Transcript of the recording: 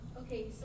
Okay